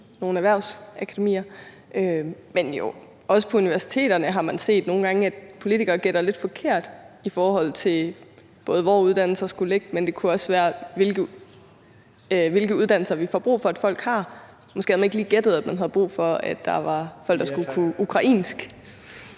nogle erhvervsakademier, men også i forhold til universiteterne har man jo nogle gange set at politikerne har gættet lidt forkert, både i forhold til hvor uddannelserne skulle ligge, men også hvilke uddannelser vi får brug for at folk har. Måske havde man ikke lige gættet, at man havde brug for, at der var folk, der skulle kunne ukrainsk.